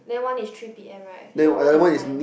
then one is three P_M right so one is nine